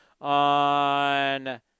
on